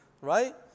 right